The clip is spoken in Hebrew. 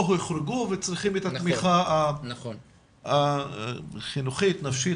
הוחרגו וצריכים את התמיכה החינוכית נפשית,